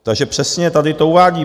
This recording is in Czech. Takže přesně tady to uvádíme.